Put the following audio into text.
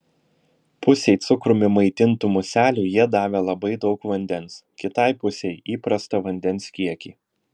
pusei cukrumi maitintų muselių jie davė labai daug vandens kitai pusei įprastą vandens kiekį